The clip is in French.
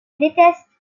déteste